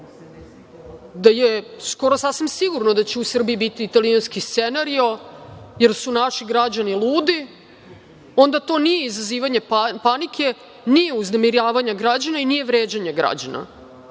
da je skoro sasvim sigurno da će u Srbiji biti italijanski scenario, jer su našu građani ludi, onda to nije izazivanje panike, nije uznemiravanje građana i nije vređanje građana